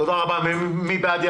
מי בעד.